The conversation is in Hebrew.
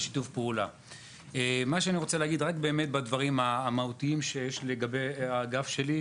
אני רוצה לגעת בדברים המהותיים לגבי האגף שלי,